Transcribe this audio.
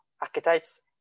archetypes